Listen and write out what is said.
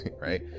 Right